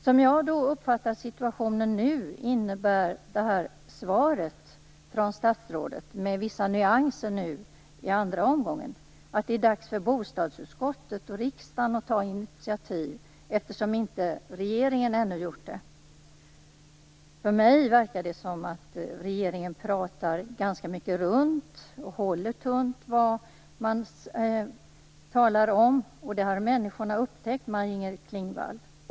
Som jag uppfattar situationen nu innebär svaret från statsrådet - med vissa nyanser nu i den andra omgången - att det är dags för bostadsutskottet och riksdagen att ta initiativ eftersom regeringen ännu inte har gjort det. För mig verkar det som att regeringen ganska mycket pratar runt och håller tunt vad den lovar. Människorna har upptäckt detta, Maj-Inger Klingvall.